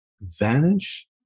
vanish